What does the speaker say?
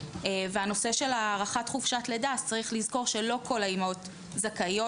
והנושא של הארכת חופשת לידה צריך לזכור שלא כל האימהות זכאיות,